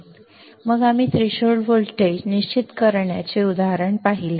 मग आम्ही threshold voltage निश्चित करण्याचे उदाहरण पाहिले